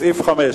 סעיף 5,